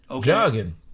Jogging